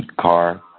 car